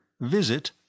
visit